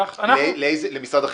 שמכיר את הסוגיה.